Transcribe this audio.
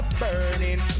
burning